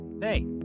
Hey